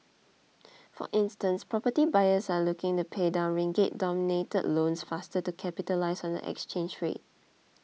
for instance property buyers are looking to pay down ringgit denominated loans faster to capitalise on the exchange rate